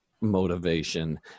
motivation